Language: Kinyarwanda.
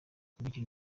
imikino